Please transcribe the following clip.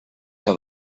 que